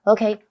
Okay